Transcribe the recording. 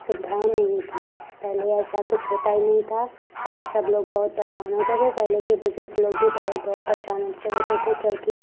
सुविधाएं नहीं थी पहले ऐसा कुछ होता ही नहीं था और सब लोग बहुत परेशान होते थे पहले के बुजुर्ग लोग भी बहुत बहुत परेशान होते थे होते थे क्योंकि